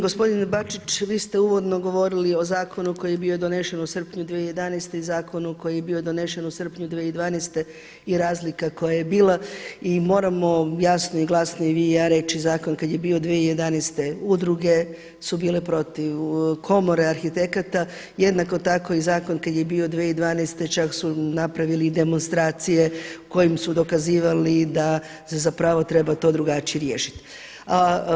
Gospodine Bačić, vi ste uvodno govorili o zakonu koji je bio donesen u srpnju 2011. i zakonu koji je bio donesen u srpnju 2012. i razlika koja je bila i moramo jasno i glasno i ja i vi reći zakon kad je bio 2011. udruge su bile protiv, komore arhitekata jednako tako i zakon kada je bio 2012. čak su napravili demonstracije kojim su dokazivali da se treba to drugačije riješiti.